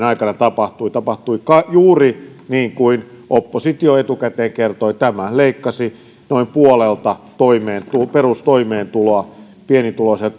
aikana tapahtui tapahtui juuri niin kuin oppositio etukäteen kertoi eli tämä leikkasi noin puolelta perustoimeentuloa pienituloisilta